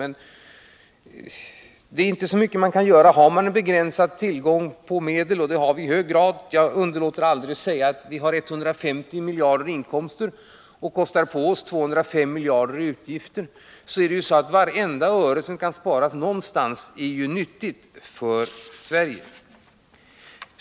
Men det är inte så mycket man kan göra om man har en begränsad tillgång på medel — och det har vi i hög grad. Jag underlåter aldrig att säga att då vi har 150 miljarder i inkomster och kostar på oss 205 miljarder i utgifter är vartenda öre som någonstans kan sparas till nytta för Sverige.